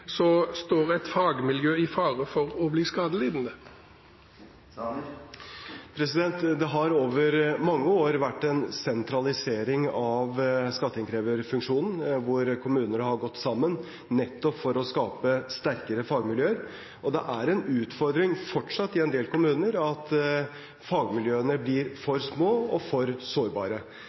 Det har over mange år vært en sentralisering av skatteinnkreverfunksjonen, hvor kommuner har gått sammen for nettopp å skape sterkere fagmiljøer, og det er fortsatt en utfordring i en del kommuner at fagmiljøene blir for små og for sårbare.